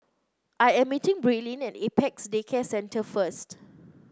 I am meeting Braelyn at Apex Day Care Centre first